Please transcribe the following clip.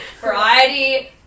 Variety